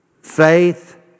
faith